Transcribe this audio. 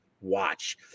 watch